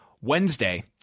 Wednesday